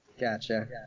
Gotcha